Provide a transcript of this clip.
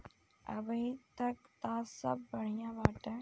अबहीं तक त सब बढ़िया बाटे